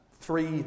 three